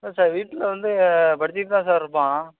இல்லை சார் வீட்டில் வந்து படித்துக்கிட்டுதான் சார் இருப்பான்